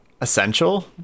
essential